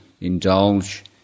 indulge